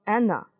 Anna